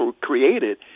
created